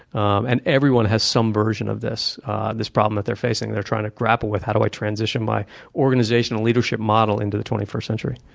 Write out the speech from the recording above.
and everyone has some version of this this problem that they're facing. they're trying to grapple with, how do i transition my organizational leadership model into the twenty first century?